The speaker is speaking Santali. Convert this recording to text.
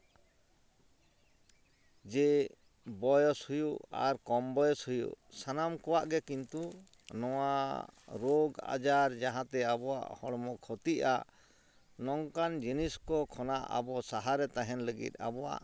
ᱡᱮ ᱵᱚᱭᱚᱥ ᱦᱩᱭᱩᱜ ᱟᱨ ᱠᱚᱢ ᱵᱚᱭᱚᱥ ᱦᱩᱭᱩᱜ ᱥᱟᱱᱟᱢ ᱠᱚᱣᱟᱜ ᱜᱮ ᱠᱤᱱᱛᱩ ᱱᱚᱣᱟ ᱨᱳᱜᱽ ᱟᱡᱟᱨ ᱡᱟᱦᱟᱸ ᱛᱮ ᱟᱵᱚᱣᱟᱜ ᱦᱚᱲᱚᱢ ᱠᱷᱚᱛᱤᱜᱼᱟ ᱱᱚᱝᱠᱟᱱ ᱡᱤᱱᱤᱥ ᱠᱚ ᱠᱷᱚᱱᱟᱜ ᱟᱵᱚ ᱥᱟᱦᱟ ᱨᱮ ᱛᱟᱦᱮᱱ ᱞᱟᱹᱜᱤᱫ ᱟᱵᱚᱣᱟᱜ